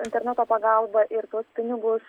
interneto pagalba ir tuos pinigus